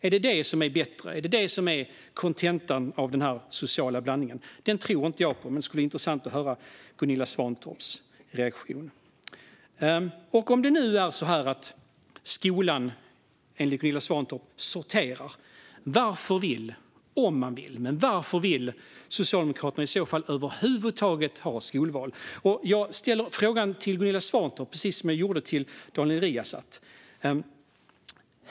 Är det bättre? Är det kontentan av den här sociala blandningen? Den lösningen tror inte jag på, men det skulle vara intressant att höra Gunilla Svantorps reaktion. Om det nu är så att skolan sorterar, som Gunilla Svantorp säger, varför vill Socialdemokraterna i så fall över huvud taget ha skolval? Jag ställer frågan till Gunilla Svantorp precis som jag gjorde till Daniel Riazat.